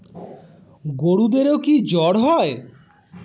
গরুদেরও কি জ্বর হয়?